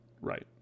Right